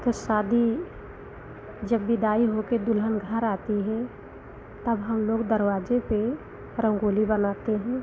तो शादी जब विदाई होके दुल्हन घर आती हे तब हम लोग दरवाजे पे रंगोली बनाते हैं